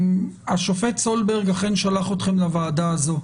השופט סולברג אכן שלח אתכם לוועדה הזו,